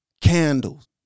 candles